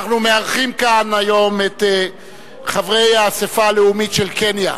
אנחנו מארחים כאן היום את חברי האספה הלאומית של קניה.